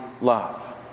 love